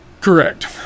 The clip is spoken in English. Correct